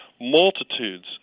multitudes